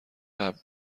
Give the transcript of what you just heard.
قبل